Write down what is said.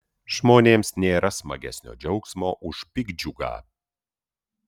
žmonėms nėra smagesnio džiaugsmo už piktdžiugą